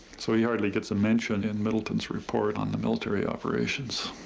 so he hardly gets a mention in middleton's report on the military operations.